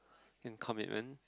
and commitment